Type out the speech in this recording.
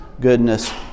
goodness